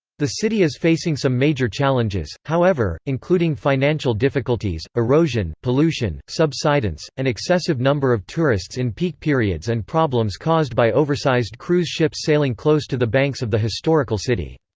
the city is facing some major challenges, however, including financial difficulties, erosion, pollution, subsidence, an excessive number of tourists in peak periods and problems caused by oversized cruise ships sailing close to the banks of the historical city.